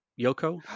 yoko